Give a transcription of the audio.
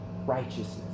righteousness